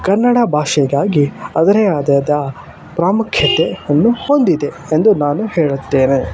ಕನ್ನಡ ಭಾಷೆಗಾಗಿ ಅದರೆದೇ ಆದ ಪ್ರಾಮುಖ್ಯತೆ ಅನ್ನು ಹೊಂದಿದೆ ಎಂದು ನಾನು ಹೇಳುತ್ತೇನೆ